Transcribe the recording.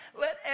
let